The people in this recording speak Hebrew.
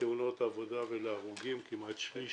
לתאונות עבודה ולהרוגים, כמעט שליש